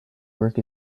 work